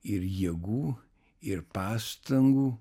ir jėgų ir pastangų